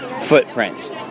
Footprints